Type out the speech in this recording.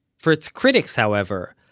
for its critics, however,